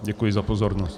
Děkuji za pozornost.